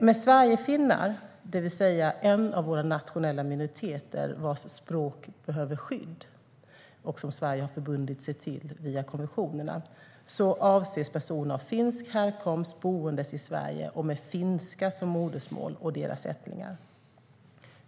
Med sverigefinnar, det vill säga en av våra nationella minoriteter vars språk behöver skydd - det har Sverige förbundit sig till via konventionerna - avses personer av finsk härkomst boende i Sverige och med finska som modersmål, liksom deras ättlingar.